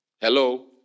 Hello